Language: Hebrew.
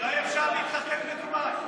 אולי אפשר להתחתן בדובאי.